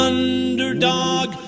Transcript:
Underdog